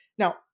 Now